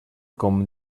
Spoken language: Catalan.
com